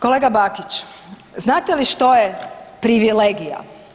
Kolega Bakić znate li što je privilegija?